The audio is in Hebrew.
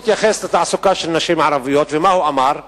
הוא התייחס לתעסוקה של נשים ערביות, ומה הוא אמר?